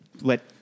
let